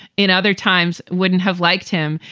in other times, wouldn't have liked him.